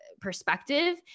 perspective